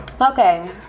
Okay